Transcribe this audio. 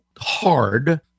hard